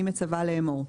אני מצווה לאמור: